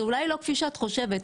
זה אולי לא כפי שאת חושבת,